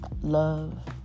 Love